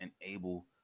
enable